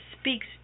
speaks